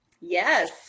Yes